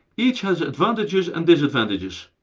each has advantages and disadvantages.